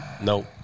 Nope